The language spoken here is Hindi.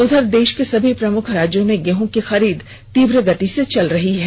उधर देश के सभी प्रमुख राज्यों में गेहूं की खरीद तीव्र गति से चल रही है